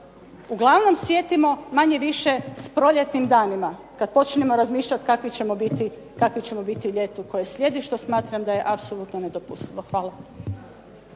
uglavnom sjetimo manje više s proljetnim danima, kada počnemo razmišljati kakvi ćemo biti ljetu koje slijedi, što smatram da je apsolutno nedopustivo. Hvala.